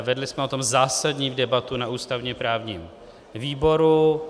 Vedli jsme o tom zásadní debatu na ústavněprávním výboru.